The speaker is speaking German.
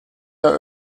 der